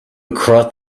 across